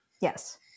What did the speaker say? Yes